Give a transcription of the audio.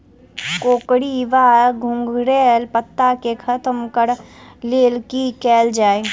कोकरी वा घुंघरैल पत्ता केँ खत्म कऽर लेल की कैल जाय?